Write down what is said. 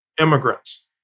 immigrants